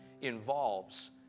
involves